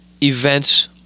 events